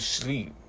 sleep